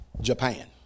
Japan